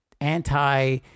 anti